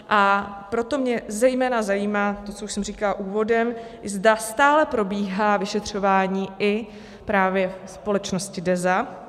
A proto mě zejména zajímá to, co jsem už říkala úvodem, zda stále probíhá vyšetřování právě i společnosti Deza.